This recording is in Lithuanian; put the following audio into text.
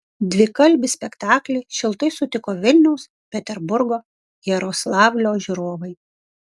dvikalbį spektaklį šiltai sutiko vilniaus peterburgo jaroslavlio žiūrovai